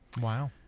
Wow